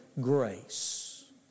grace